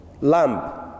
Lamp